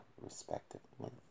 respectively